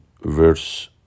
verse